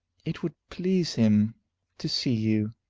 it would please him to see you.